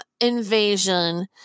invasion